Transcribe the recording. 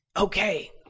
okay